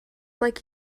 like